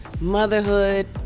motherhood